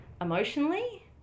emotionally